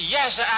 Yes